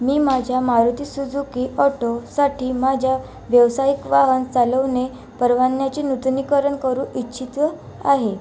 मी माझ्या मारुती सुजुकी ऑटोसाठी माझ्या व्यवसायिक वाहन चालवणे परवान्याचे नूतनीकरण करू इच्छित आहे